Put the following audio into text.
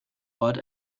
ort